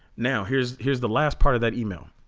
now here's here's the last part of that email